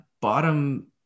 Bottom